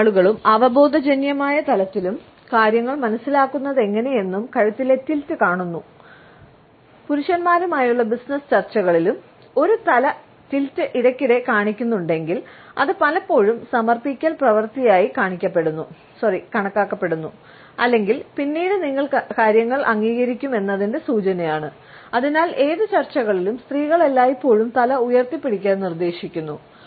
മിക്ക ആളുകളും അവബോധജന്യമായ തലത്തിലും കാര്യങ്ങൾ മനസ്സിലാക്കുന്നതെങ്ങനെയെന്നും കഴുത്തിലെ റ്റിൽറ്റ് കാണിക്കുന്നു പുരുഷന്മാരുമായുള്ള ബിസിനസ്സ് ചർച്ചകളിലും ഒരു തല റ്റിൽറ്റ് ഇടയ്ക്കിടെ കാണിക്കുന്നുണ്ടെങ്കിൽ അത് പലപ്പോഴും സമർപ്പിക്കൽ പ്രവൃത്തിയായി കണക്കാക്കപ്പെടുന്നു അല്ലെങ്കിൽ പിന്നീട് നിങ്ങൾ കാര്യങ്ങൾ അംഗീകരിക്കുമെന്നതിന്റെ സൂചനയാണ് അതിനാൽ ഏത് ചർച്ചകളിലും സ്ത്രീകൾ എല്ലായ്പ്പോഴും തല ഉയർത്തിപ്പിടിക്കാൻ നിർദ്ദേശിക്കുന്നു